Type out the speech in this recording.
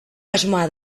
asmoa